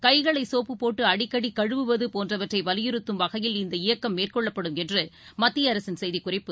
கைகளைசோப்பு போட்டுஅடிக்கடிகழுவுவதுபோன்றவற்றைவலியுறுத்தும் வகையில் இந்த இயக்கம் மேற்கொள்ளப்படும் என்றுமத்தியஅரசின் செய்திக்குறிப்பு தெரிவிக்கிறது